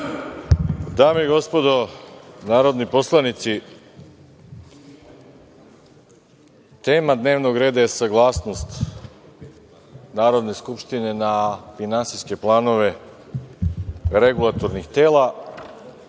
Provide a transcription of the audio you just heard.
Dame i gospodo narodni poslanici, tema dnevnog reda je saglasnost Narodne skupštine na finansijske planove regulatornih tela,